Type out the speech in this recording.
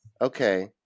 Okay